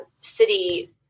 city